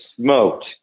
smoked